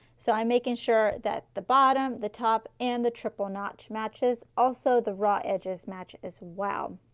so i'm making sure that the bottom the top and the triple notch matches, also the raw edges match as well.